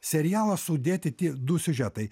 serialą sudėti tie du siužetai